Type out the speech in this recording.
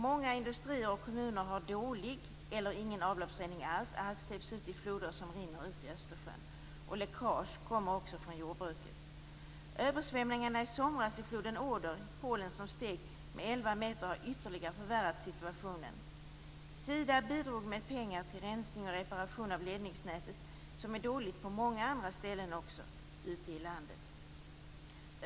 Många industrier och kommuner har dålig avloppsrening eller ingen avloppsrening alls. Allt släpps ut i floder som rinner ut i Östersjön. Det kommer också läckage från jordbruket. Översvämningarna i somras i floden Oder i Polen, som steg med elva meter, har ytterligare förvärrat situationen. Sida bidrog med pengar till rensning och reparation av ledningsnätet. Det är dåligt på många andra ställen också ute i landet.